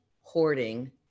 hoarding